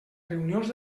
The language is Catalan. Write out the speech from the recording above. reunions